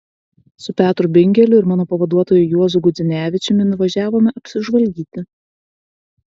su petru bingeliu ir mano pavaduotoju juozu gudzinevičiumi nuvažiavome apsižvalgyti